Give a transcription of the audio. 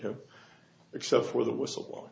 him except for the whistleblower